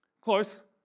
Close